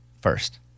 first